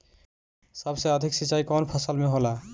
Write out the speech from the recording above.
सबसे अधिक सिंचाई कवन फसल में होला?